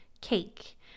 cake